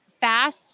fast